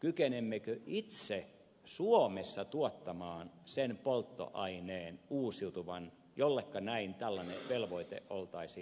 kykenemmekö itse suomessa tuottamaan sen polttoaineen uusiutuvan jolleka näin tällainen velvoite oltaisiin antamassa